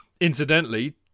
Incidentally